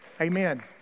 Amen